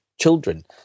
children